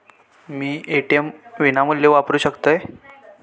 मी ATM विनामूल्य वापरू शकतय?